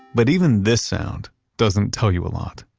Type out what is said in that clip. but even this sound doesn't tell you a lot.